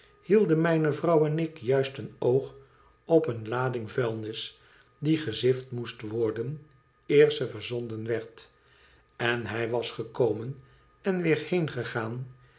hielden mijne vrouw en ik juist een oog op eene lading vuilnis die gezift moest worden eer ze verzonden werd en hij was gekomen en